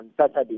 Saturday